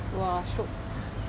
!wah! shiok